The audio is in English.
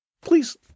please